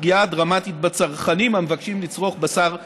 פגיעה דרמטית בצרכנים המבקשים לצרוך בשר טרי.